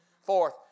Fourth